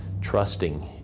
trusting